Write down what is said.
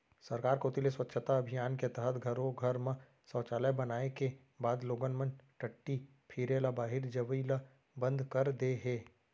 सरकार कोती ले स्वच्छता अभियान के तहत घरो घर म सौचालय बनाए के बाद लोगन मन टट्टी फिरे ल बाहिर जवई ल बंद कर दे हें